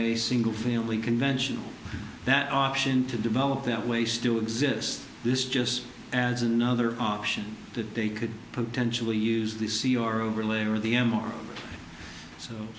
a single family convention that option to develop that way still exist this just adds another option that they could potentially use the c r overlay or the m r so